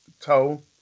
toll